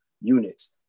units